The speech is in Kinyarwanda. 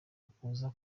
ukuza